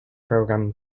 program